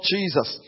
Jesus